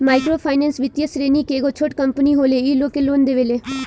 micro finance वित्तीय श्रेणी के एगो छोट कम्पनी होले इ लोग के लोन देवेले